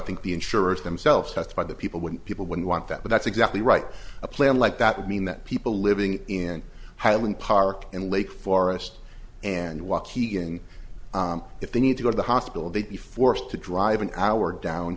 think the insurers themselves that's why the people wouldn't people wouldn't want that but that's exactly right a plan like that would mean that people living in highland park and lake forest and waukegan if they need to go to the hospital they'd be forced to drive an hour down